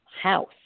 house